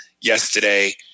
yesterday